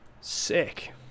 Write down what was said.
Sick